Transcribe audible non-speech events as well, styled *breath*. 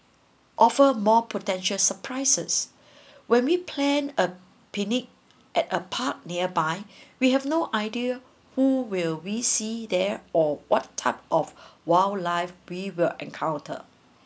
offer more potential surprises *breath* when we plan a picnic at a park nearby we have no idea who will we see there or what type of wildlife we will encounter